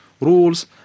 rules